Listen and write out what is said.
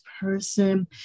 person